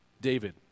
David